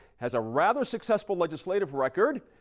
has a rather successful legislative record.